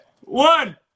one